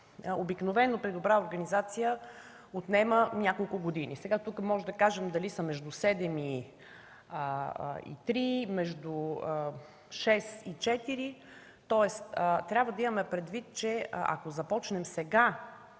обикновено при добра организация отнема няколко години. Сега тук можем да кажем дали са между седем и три, между шест и четири, тоест трябва да имаме предвид, че ако започнем сега